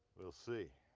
we'll see.